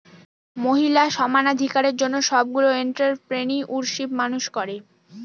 মহিলা সমানাধিকারের জন্য সবগুলো এন্ট্ররপ্রেনিউরশিপ মানুষ করে